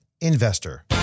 investor